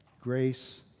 grace